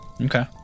Okay